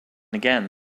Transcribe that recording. again